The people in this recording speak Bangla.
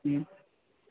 হুম